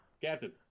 Captain